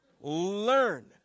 Learn